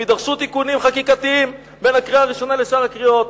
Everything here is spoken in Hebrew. אם יידרשו תיקונים חקיקתיים בין הקריאה הראשונה לשאר הקריאות,